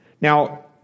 Now